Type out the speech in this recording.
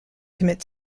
commit